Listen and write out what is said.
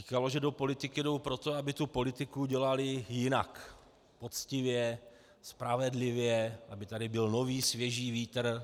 Říkali, že do politiky jdou proto, aby politiku dělali jinak, poctivě, spravedlivě, aby tady byl nový svěží vítr.